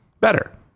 better